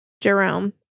Jerome